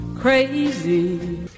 Crazy